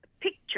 picture